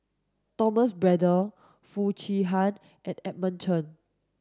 Thomas Braddell Foo Chee Han and Edmund Chen